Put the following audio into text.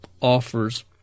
offers